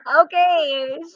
okay